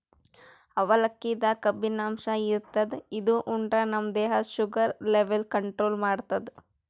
ಅವಲಕ್ಕಿದಾಗ್ ಕಬ್ಬಿನಾಂಶ ಇರ್ತದ್ ಇದು ಉಂಡ್ರ ನಮ್ ದೇಹದ್ದ್ ಶುಗರ್ ಲೆವೆಲ್ ಕಂಟ್ರೋಲ್ ಮಾಡ್ತದ್